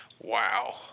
wow